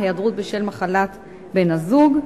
היעדרות בשל מחלת בן-הזוג.